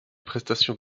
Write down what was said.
prestations